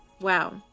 wow